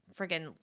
freaking